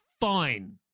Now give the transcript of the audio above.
fine